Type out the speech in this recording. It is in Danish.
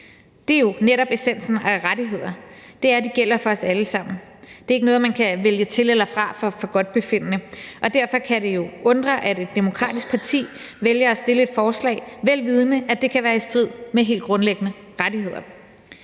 Det er jo netop essensen af rettigheder, at de gælder for os alle sammen. Det er ikke noget, vi kan vælge til eller fra efter forgodtbefindende. Derfor kan det jo undre, at et demokratisk parti vælger at fremsætte et forslag, vel vidende at det kan være i strid med helt grundlæggende rettigheder.